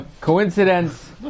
coincidence